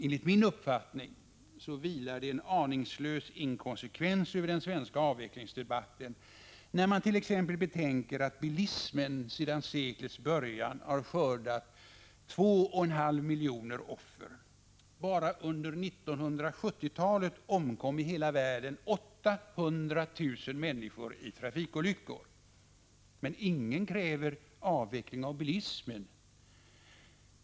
Enligt min uppfattning vilar det en aningslös inkonsekvens över den svenska avvecklingsdebatten. Det framgår t.ex. när man betänker att bilismen sedan seklets början har skördat 2,5 miljoner offer. Bara under 1970-talet omkom i hela världen 800 000 människor i trafikolyckor. Men ingen kräver avveckling av bilismen.